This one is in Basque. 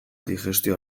digestio